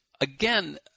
again